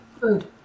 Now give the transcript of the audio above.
Food